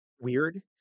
weird